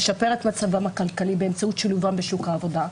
לשפר את מצבם הכלכלי באמצעות שילובם בשוק העבודה,